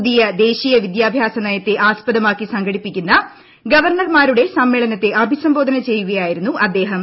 പുതിയ ദേശീയ വിദ്യാഭ്യാസ നയത്തെ ആസ്പദമാക്കി സംഘടിപ്പിക്കുന്ന ഗവർണർമാരുടെ സമ്മേളനത്തെ അഭിസംബോധന ചെയ്യുകയായിരുന്നു അദ്ദേഹം